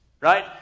Right